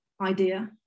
idea